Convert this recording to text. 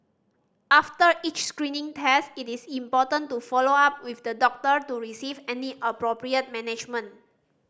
after each screening test it is important to follow up with the doctor to receive any appropriate management